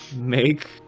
make